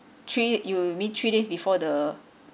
three you mean three days before the